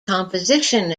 composition